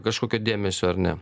kažkokio dėmesio ar ne